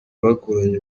bakoranye